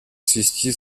свести